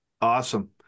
Awesome